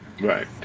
Right